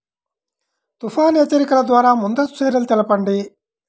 తుఫాను హెచ్చరికల ద్వార ముందస్తు చర్యలు తెలపండి?